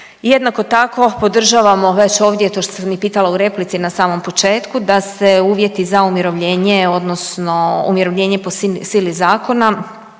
jednako tako podržavamo već ovdje to što sam i pitala u replici na samom početku da se uvjeti za umirovljenje odnosno umirovljenje po sili zakona